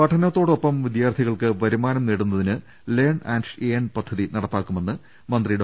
പഠനത്തോടൊപ്പം വിദ്യാർത്ഥികൾക്ക് വരുമാനം നേടുന്നതിന് ലേൺ ആന്റ് ഏൺ പദ്ധതി നടപ്പാക്കുമെന്ന് മന്ത്രി ഡോ